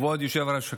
כבוד יושב-ראש הישיבה,